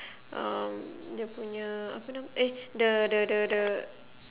um dia punya apa nama eh the the the the